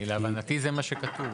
להבנתי זה מה שכתוב.